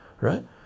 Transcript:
right